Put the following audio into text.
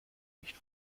nicht